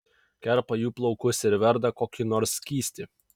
kerpa jų plaukus ir verda kokį nors skystį